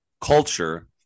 culture